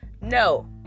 no